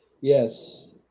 Yes